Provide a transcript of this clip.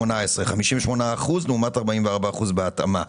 58 אחוזים לעומת 44 אחוזים בהתאמה.